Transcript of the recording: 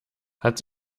hat